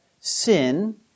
sin